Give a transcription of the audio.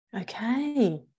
okay